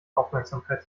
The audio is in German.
aufmerksamkeit